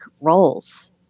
roles